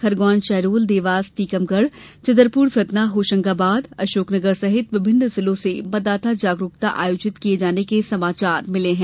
खरगौन शहडोल देवास टीकमगढ़ छतरपुर सतना होशंगाबाद अशोकनगर सहित विभिन्न जिलों से मतदाता जागरुकता आयोजित किये जाने के समाचार मिले हैं